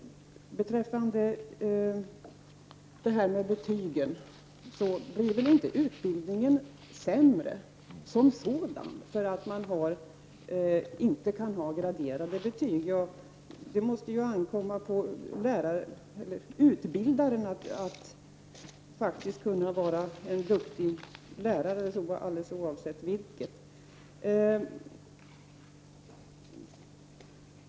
Beträffande betyg vill jag säga att utbildningen som sådan väl inte blir sämre därför att det inte finns graderade betyg? Det måste väl ankomma på om utbildaren är en duktig lärare?